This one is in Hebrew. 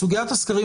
סוגיית הסקרים,